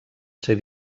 ser